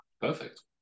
perfect